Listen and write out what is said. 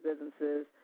businesses